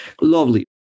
Lovely